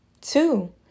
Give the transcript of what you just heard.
Two